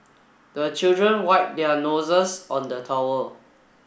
the children wipe their noses on the towel